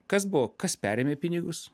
kas buvo kas perėmė pinigus